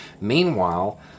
Meanwhile